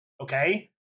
Okay